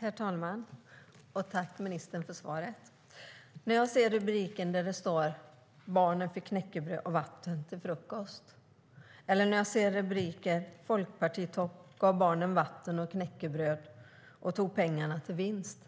Herr talman! Jag tackar ministern för svaret. När jag ser rubriken Barnen fick knäckebröd och vatten till frukost eller rubriken Folkpartitopp gav barnen vatten och knäckebröd och tog pengarna till vinst